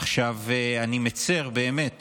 עכשיו, אני מצר באמת